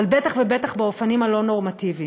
אבל בטח ובטח באופנים הלא-נורמטיביים,